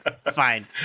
fine